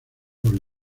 por